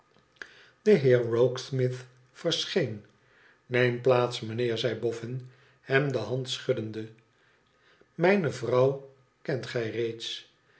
de heer rokesmith verscheen neem plaats mijnheer zei boffin hem de hand schuddende mijne vrouw kent gij reeds